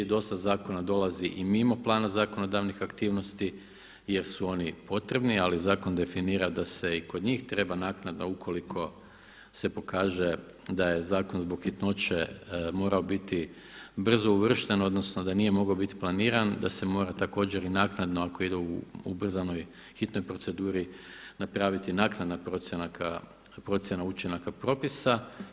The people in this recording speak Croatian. Dosta zakona dolazi i mimo plana zakonodavnih aktivnosti jer su oni potrebni, ali zakon definira da se i kod njih treba naknadno ukoliko se pokaže da je zakon zbog hitnoće mora biti brzo uvršten, odnosno da nije mogao biti planiran, da se mora također i naknadno ako ide u ubrzanoj hitnoj proceduri napraviti naknadna promjena učinaka propisa.